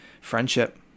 friendship